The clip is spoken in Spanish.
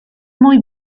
muy